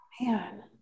man